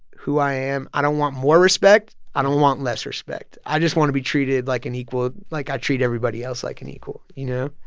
who i am. i don't want more respect. i don't want less respect. i just want to be treated like an equal like i treat everybody else like an equal, you know?